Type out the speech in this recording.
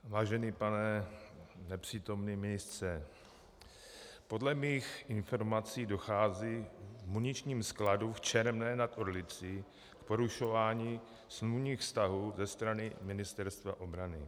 Vážený pane nepřítomný ministře, podle mých informací dochází v muničním skladu v Čermné nad Orlicí k porušování smluvních vztahů ze strany Ministerstva obrany.